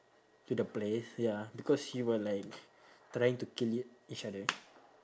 to the place ya because she will like trying to kill each other